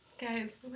Guys